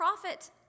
profit